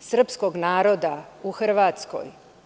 srpskog naroda u Hrvatskoj?